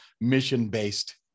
mission-based